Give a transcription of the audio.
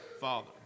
Father